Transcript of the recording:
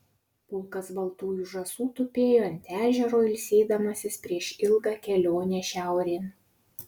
pulkas baltųjų žąsų tupėjo ant ežero ilsėdamasis prieš ilgą kelionę šiaurėn